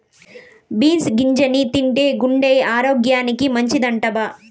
beans గింజల్ని తింటే గుండె ఆరోగ్యానికి మంచిదటబ్బా